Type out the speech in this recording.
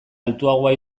altuagoa